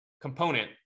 component